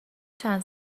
چند